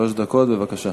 שלוש דקות, בבקשה.